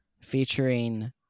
featuring